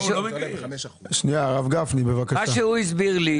מה שהוא הסביר לי.